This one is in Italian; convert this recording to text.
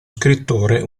scrittore